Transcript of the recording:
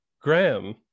Graham